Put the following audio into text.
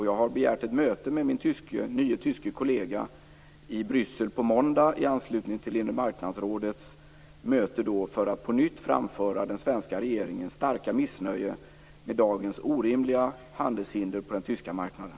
Jag har begärt ett möte med min nye tyska kollega i Bryssel på måndag i anslutning till Inremarknadsrådets möte för att på nytt framföra den svenska regeringens starka missnöje med dagens orimliga handelshinder på den tyska marknaden.